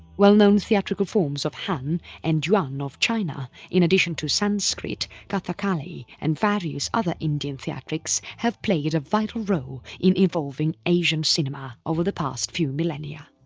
well known theatrical forms of han and yuan of china, in addition to sanskrit, kathakali and various other indian theatrics have played a vital role in evolving asian cinema over the past few millennia.